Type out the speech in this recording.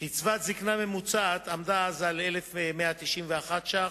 קצבת זיקנה ממוצעת עמדה אז על 1,191 שקלים,